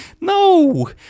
No